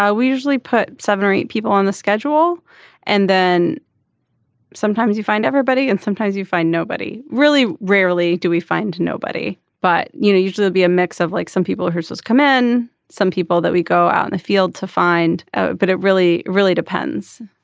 ah we usually put seven or eight people on the schedule and then sometimes you find everybody and sometimes you find nobody really. rarely do we find nobody but you know usually be a mix of like some people who's just come in. some people that we go out in the field to find ah but it really really depends.